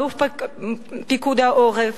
אלוף פיקוד העורף,